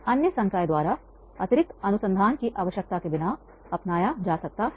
अन्य संकाय द्वारा केस अतिरिक्त अनुसंधान की आवश्यकता के बिना अपनाया जा सकता है